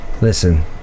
Listen